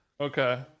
Okay